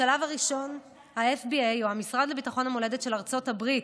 בשלב הראשון ה-FBI או המשרד לביטחון המולדת של ארצות הברית,